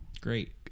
Great